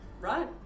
right